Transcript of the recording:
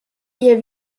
ihr